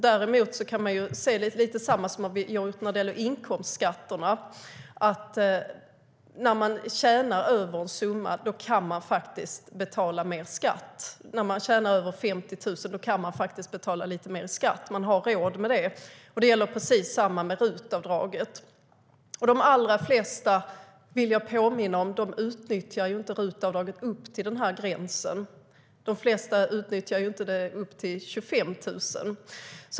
Däremot kan man se lite samma sak som vi har gjort när det gäller inkomstskatterna. När man tjänar över 50 000 kan man faktiskt betala lite mer i skatt. Man har råd med det. Det gäller precis samma med RUT-avdraget.De allra flesta, vill jag påminna om, utnyttjar inte RUT-avdraget upp till den här gränsen. De flesta utnyttjar det inte upp till 25 000.